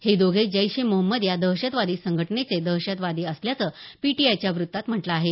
हे दोघे जैश ए मोहम्मद या दहशतवादी संघटनेचे दहशतवादी असल्याचं पीटीआयच्या वृत्तात म्हटलं आहे